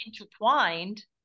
intertwined